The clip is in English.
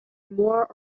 more